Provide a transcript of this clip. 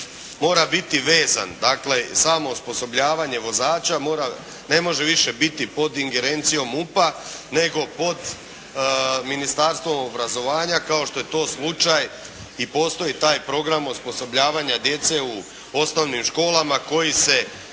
mora biti vezan, dakle samo osposobljavanje vozača ne može više biti pod ingerencijom MUP-a nego pod Ministarstvom obrazovanja kao što je to slučaj i postoji taj program osposobljavanja djece u osnovnim školama koji se